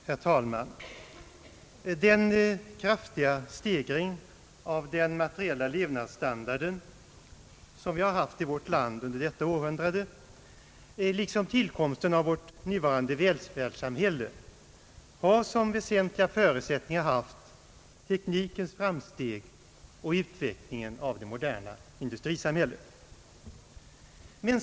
Herr talman! Den kraftiga höjningen av den materiella levnadsstandarden under detta århundrade liksom till komsten av det nuvarande välfärdssamhället har såsom väsentliga förutsättningar haft teknikens framsteg och utvecklingen av det moderna industrisamhället.